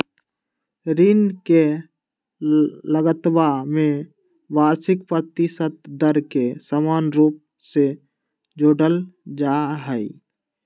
ऋण के लगतवा में वार्षिक प्रतिशत दर के समान रूप से जोडल जाहई